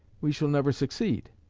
we shall never succeed.